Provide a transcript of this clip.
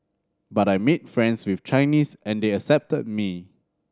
but I made friends with Chinese and they accepted me